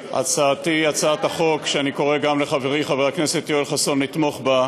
הצעתי הצעת חוק שאני קורא גם לחברי חבר הכנסת יואל חסון לתמוך בה.